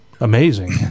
amazing